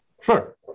sure